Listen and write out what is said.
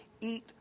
eat